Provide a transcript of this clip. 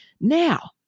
Now